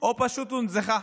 או פשוט הוזנחה.